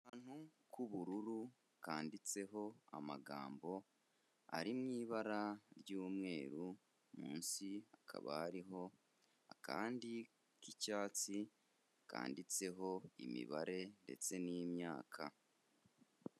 Akantu k'ubururu kanditseho amagambo ari mu ibara ry'umweru, munsi hakaba hariho akandi k'icyatsi, kanditseho imibare ndetse n'imyaka.